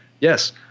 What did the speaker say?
Yes